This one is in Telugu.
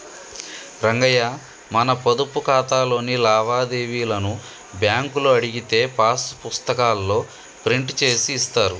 రంగయ్య మన పొదుపు ఖాతాలోని లావాదేవీలను బ్యాంకులో అడిగితే పాస్ పుస్తకాల్లో ప్రింట్ చేసి ఇస్తారు